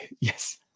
Yes